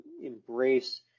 embrace